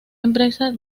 empresa